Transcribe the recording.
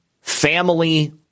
family